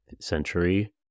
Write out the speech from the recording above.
century